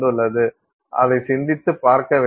அதை சிந்தித்துப் பார்க்க வேண்டும்